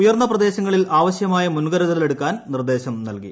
ഉയർന്ന പ്രദേശങ്ങളിൽ ആവശ്യമായ മുൻകരുതലെടുക്കാൻ നിർദ്ദേശം നൽകി